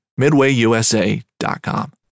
MidwayUSA.com